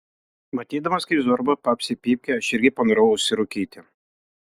matydamas kaip zorba papsi pypkę aš irgi panorau užsirūkyti